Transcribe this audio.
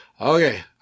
okay